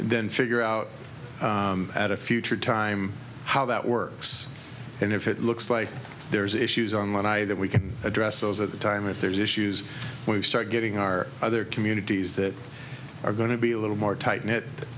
then figure out at a future time how that works and if it looks like there's issues online i that we can address those at the time if there's issues when we start getting our other communities that are going to be a little more tight